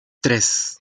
tres